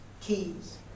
keys